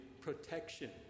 protection